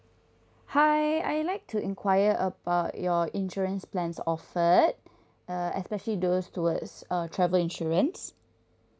hi I'd like to enquire about your insurance plans offered uh especially those towards uh travel insurance